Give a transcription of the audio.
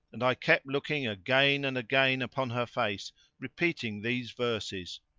and i kept looking again and again upon her face repeating these verses